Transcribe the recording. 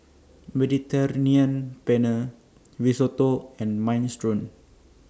Mediterranean Penne Risotto and Minestrone